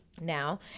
now